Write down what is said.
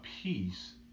peace